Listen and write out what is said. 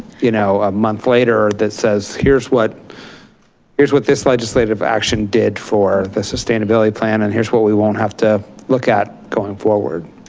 you know, a month later that says, here's what here's what this legislative action did for the sustainability plan, and here's what we won't have to look at going forward.